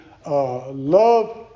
Love